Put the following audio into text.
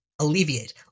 alleviate